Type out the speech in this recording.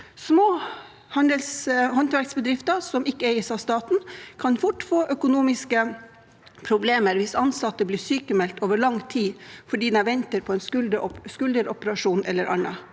Små håndverksbedrifter som ikke eies av staten, kan fort få økonomiske problemer hvis ansatte blir sykemeldt over lang tid fordi de venter på en skulderoperasjon eller annet.